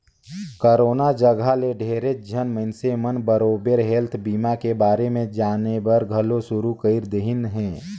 corona जघा ले ढेरेच झन मइनसे मन बरोबर हेल्थ बीमा के बारे मे जानेबर घलो शुरू कर देहिन हें